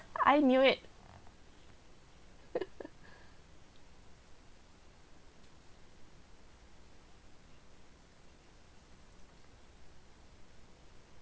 I knew it